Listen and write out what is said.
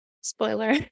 Spoiler